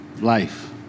life